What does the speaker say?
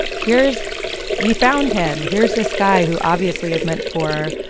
here's we found him here's this guy who obviously has meant for,